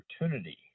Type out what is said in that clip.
opportunity